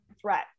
threat